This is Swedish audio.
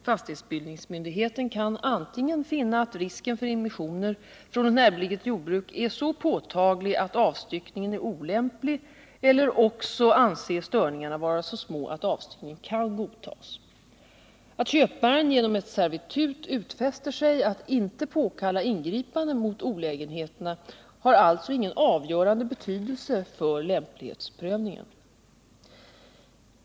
Fastighetsbildningsmyndigheten kan antingen finna att risken för immissioner från ett närbeläget jordbruk är så påtaglig att avstyckningen är olämplig eller också anse störningarna vara så små att avstyckningen kan godtas. Att köparen genom ett servitut utfäster sig att inte påkalla ingripanden mot olägenheterna har alltså ingen avgörande betydelse för lämplighetsbedömningen.